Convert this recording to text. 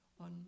on